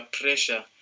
pressure